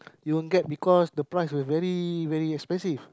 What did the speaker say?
you won't get because the price was very very expensive